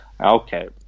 Okay